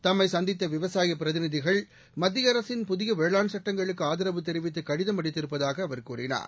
தம்மை சந்தித்த விவசாய பிரதிநிதிகள் மத்திய அரசின் புதிய வேளாண் சட்டங்களுக்கு ஆதரவு தெரிவித்து கடிதம் அளித்திருப்பதாக அவர் கூறினார்